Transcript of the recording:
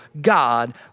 God